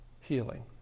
healing